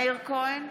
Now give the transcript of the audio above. מאיר כהן,